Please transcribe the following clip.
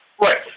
Right